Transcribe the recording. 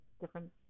different